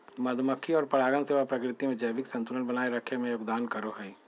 मधुमक्खी और परागण सेवा प्रकृति में जैविक संतुलन बनाए रखे में योगदान करो हइ